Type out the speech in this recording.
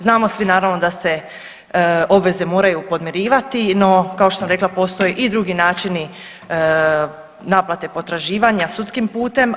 Znamo svi naravno da se obveze moraju podmirivati, no kao što sam rekla postoje i drugi načini naplate potraživanja sudskim putem.